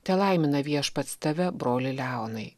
telaimina viešpats tave broli leonai